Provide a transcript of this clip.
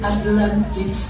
Atlantic